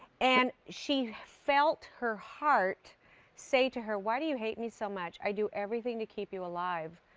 and she felt her heart say to her, why do you hate me so much? i do everything to keep you alive.